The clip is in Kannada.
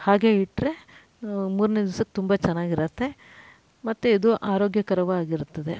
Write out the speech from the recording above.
ಹಾಗೇ ಇಟ್ಟರೆ ಮೂರನೇ ದಿವ್ಸಕ್ಕೆ ತುಂಬ ಚೆನ್ನಾಗಿರತ್ತೆ ಮತ್ತು ಇದು ಆರೋಗ್ಯಕರವಾಗಿರ್ತದೆ